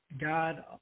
God